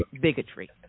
bigotry